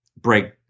break